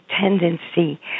tendency